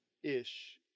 Ish